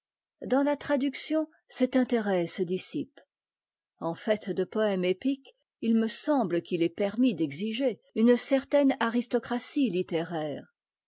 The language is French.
dans la traduction cet intérêt se dissipe en fait de'poëme épique il me semble qu'il est permis d'exiger une certaine aristocratie littéraire